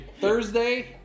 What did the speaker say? Thursday